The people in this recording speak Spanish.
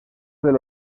del